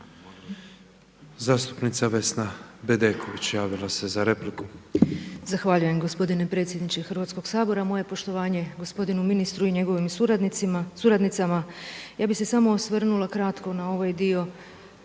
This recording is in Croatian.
Zastupnica Vesna Bedeković javila se za repliku.